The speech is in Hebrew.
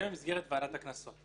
זה במסגרת ועדת הקנסות.